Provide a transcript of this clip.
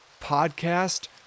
podcast